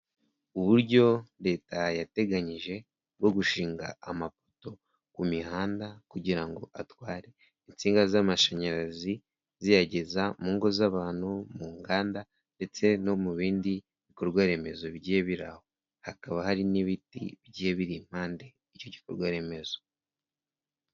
Uburyo leta yateganyije bwo gushinga amapoto ku mihanda kugira ngo atware insinga z'amashanyarazi, ziyageza mu ngo z'abantu, mu nganda ndetse no mu bindi bikorwaremezo bigiye biraho, hakaba hari n'ibiti bigiye biri impande y'icyo gikorwa remezo.